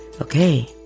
Okay